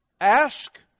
Ask